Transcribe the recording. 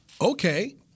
okay